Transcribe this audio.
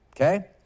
okay